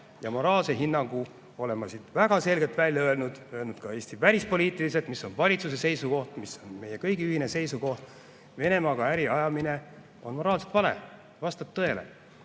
Moraalse hinnangu olen ma siit väga selgelt välja öelnud, öelnud ka, mis on välispoliitiliselt Eesti valitsuse seisukoht, mis on meie kõigi ühine seisukoht. Venemaaga äri ajamine on moraalselt vale – vastab tõele.